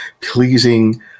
pleasing